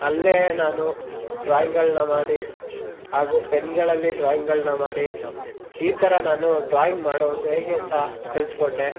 ಅಲ್ಲೇ ನಾನು ಡ್ರಾಯಿಂಗಳನ್ನ ಮಾಡಿ ಹಾಗೂ ಪೆನ್ಗಳಲ್ಲಿ ಡ್ರಾಯಿಂಗಳನ್ನ ಮಾಡಿ ಈ ಥರ ನಾನು ಡ್ರಾಯಿಂಗ್ ಮಾಡೋದು ಹೇಗೆ ಅಂತ ಕಲಿತ್ಕೊಂಡೆ